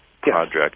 project